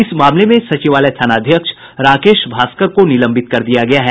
इस मामले में सचिवालय थानाध्यक्ष राकेश भास्कर को निलंबित कर दिया गया है